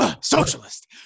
socialist